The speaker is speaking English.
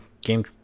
game